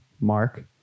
Mark